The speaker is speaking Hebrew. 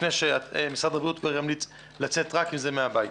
לפני שמשרד הבריאות ימליץ לצאת רק אתן מהבית.